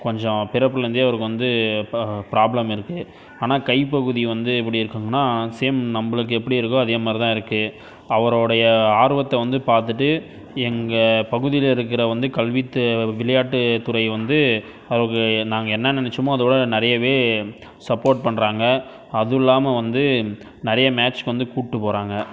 கொஞ்சோம் பிறப்புலருந்தே அவருக்கு வந்து ப ப்ராப்லம் இருக்குது ஆனால் கைப்பகுதி வந்து எப்படி இருக்கும்னா சேம் நம்பளுக்கு எப்படி இருக்கோ அதே மாதிரி தான் இருக்குது அவரோடைய ஆர்வத்தை வந்து பார்த்துட்டு எங்கள் பகுதியில் இருக்கிறவன் வந்து கல்வி தே விளையாட்டுத்துறை வந்து அவுகள் நாங்கள் என்ன நெனைச்சமோ அதோடு நிறையவே சப்போட் பண்ணுறாங்க அதில்லாம வந்து நிறைய மேச்சுக்கு வந்து கூப்பிட்டு போகிறாங்க